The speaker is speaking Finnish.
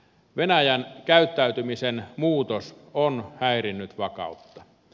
venäjän käyttäytymisen muutos on häirinnyt vakautta